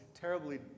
terribly